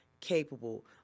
capable